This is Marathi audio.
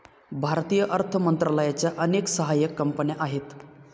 भारतीय अर्थ मंत्रालयाच्या अनेक सहाय्यक कंपन्या आहेत